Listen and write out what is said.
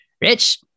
Rich